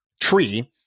tree